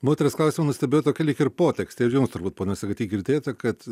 moteris klausimas stėbėjo tokią lyg ir potekstę jūs žinot turbūt pone sagaty girdėjote kad